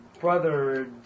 brother